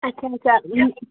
اَچھا اَچھا